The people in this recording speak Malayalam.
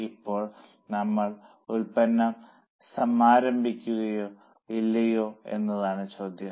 ഇപ്പോൾ നമ്മൾ ഉൽപ്പന്നം സമാരംഭിക്കുമോ ഇല്ലയോ എന്നതാണ് ചോദ്യം